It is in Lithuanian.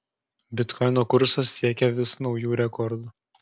bitkoino kursas siekia vis naujų rekordų